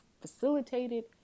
facilitated